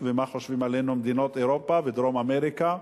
ומה חושבות עלינו מדינות אירופה ודרום אמריקה,